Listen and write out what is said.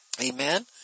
Amen